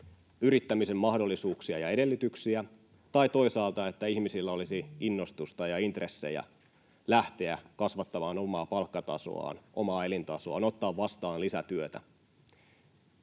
yrittämisen mahdollisuuksia ja edellytyksiä, tai toisaalta sitä, että ihmisillä olisi innostusta ja intressejä lähteä kasvattamaan omaa palkkatasoaan, omaa elintasoaan, ottaa vastaan lisätyötä.